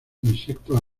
insectos